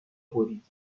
برید